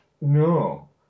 no